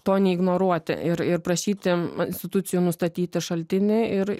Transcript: to neignoruoti ir ir prašyti institucijų nustatyti šaltinį ir